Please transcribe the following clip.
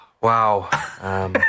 Wow